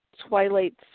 Twilight